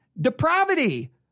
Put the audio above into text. depravity